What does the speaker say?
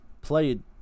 Played